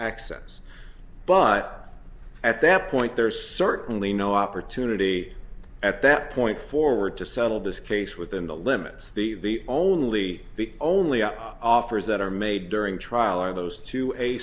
access but at that point there's certainly no opportunity at that point forward to settle this case within the limits the only the only up offers that are made during trial are those to